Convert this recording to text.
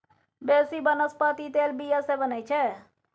बेसी बनस्पति तेल बीया सँ बनै छै